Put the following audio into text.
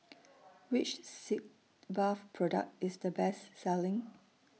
Which Sitz Bath Product IS The Best Selling